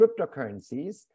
cryptocurrencies